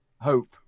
hope